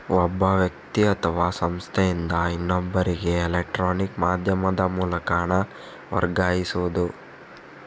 ಒಬ್ಬ ವ್ಯಕ್ತಿ ಅಥವಾ ಸಂಸ್ಥೆಯಿಂದ ಇನ್ನೊಬ್ಬರಿಗೆ ಎಲೆಕ್ಟ್ರಾನಿಕ್ ಮಾಧ್ಯಮದ ಮೂಲಕ ಹಣ ವರ್ಗಾಯಿಸುದು